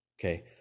okay